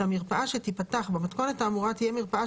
שהמרפאה שתיפתח במתכונת האמורה תהיה מרפאה